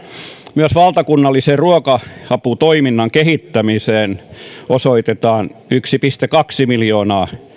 myös valtakunnallisen ruoka aputoiminnan kehittämiseen osoitetaan yksi pilkku kaksi miljoonaa